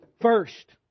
First